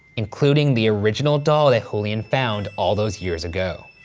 including the original doll that julian found all those years ago.